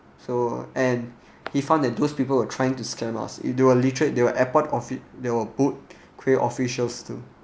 so and he found that those people were trying to scam us they were literate they were airport offi~ they were boat cray~ officials too